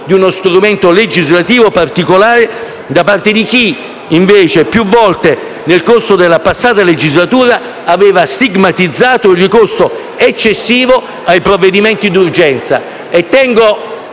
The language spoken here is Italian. di uno strumento legislativo particolare da parte di chi, invece, più volte nel corso della passata legislatura aveva stigmatizzato il ricorso eccessivo ai provvedimenti d'urgenza.